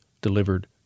delivered